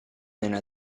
nella